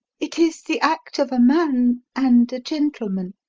it is the act of a man and a gentleman.